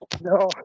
No